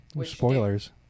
Spoilers